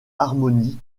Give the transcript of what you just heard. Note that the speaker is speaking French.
harmonies